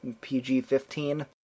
PG-15